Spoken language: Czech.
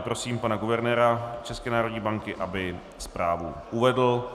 Prosím tedy pana guvernéra České národní banky, aby zprávu uvedl.